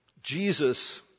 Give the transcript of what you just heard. Jesus